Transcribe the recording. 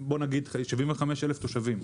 בוא נגיד 75 אלף תושבים.